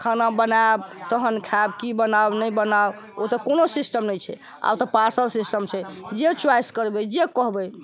खाना बनायब तखन खायब कि बनाउ नहि बनाउ ओ तऽ कोनो सिस्टम नहि छै आब तऽ पार्सल सिस्टम छै जे च्वाइस करबे जे कहबै